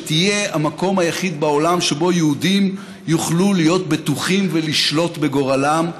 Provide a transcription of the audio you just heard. שתהיה המקום היחיד בעולם שבו יהודים יוכלו להיות בטוחים ולשלוט בגורלם.